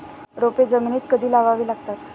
रोपे जमिनीत कधी लावावी लागतात?